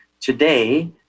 Today